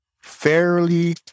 fairly